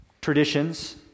traditions